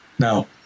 Now